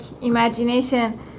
imagination